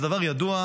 זה דבר ידוע,